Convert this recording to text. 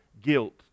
guilt